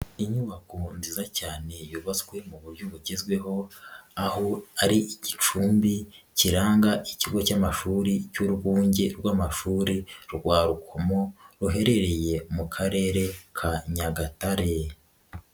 Inyubako nziza cyane yubatswe mu buryo bugezweho aho ari igicumbi kiranga ikigo cy'amashuri cy'urwunge rw'amashuri rwa Rukomo ruherereye mu Karere ka Nyagatare.